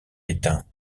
éteint